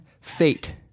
fate